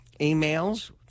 emails